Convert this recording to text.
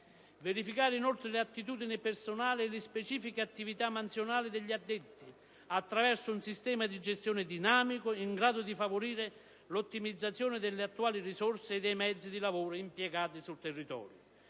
verificare le attitudini personali e le specifiche attività mansionali degli addetti attraverso un sistema di gestione dinamico in grado di favorire l'ottimizzazione delle attuali risorse e dei mezzi di lavoro impiegati sul territorio;